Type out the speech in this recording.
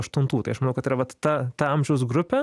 aštuntų tai aš manau kad yra vat ta ta amžiaus grupė